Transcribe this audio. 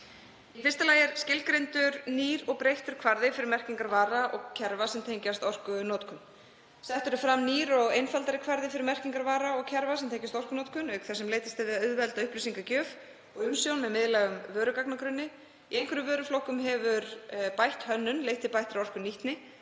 Í fyrsta lagi er skilgreindur nýr og breyttur kvarði fyrir merkingar vara og kerfa sem tengjast orkunotkun. Settur er fram nýr og einfaldari kvarði fyrir merkingar vara og kerfa sem tengjast orkunotkun auk þess sem leitast er við að auðvelda upplýsingagjöf og umsjón með miðlægum vörugagnagrunni. Í einhverjum vöruflokkum hefur bætt hönnun leitt til bættrar orkunýtni